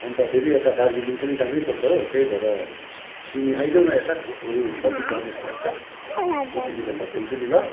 अन्त फेरि यता दार्जिलिङ पनि जानु पर्छ हो त्यही भएर तिमी आइदेऊ न यता बरु कति चार्जेस लाग्छ म तिमीलाई थपिदिन्छु नि ल